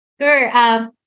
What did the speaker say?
Sure